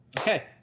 okay